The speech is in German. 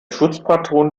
schutzpatron